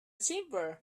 timbre